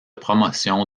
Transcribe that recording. promotion